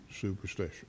superstition